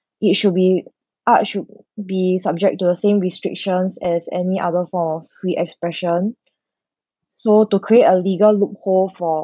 it should be art should be subject to the same restrictions as any other for free expression so to create a legal loophole for